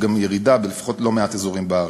גם ירידה בלפחות לא מעט אזורים בארץ.